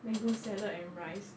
mango salad and rice